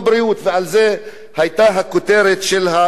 על זה היתה הכותרת של האי-אמון.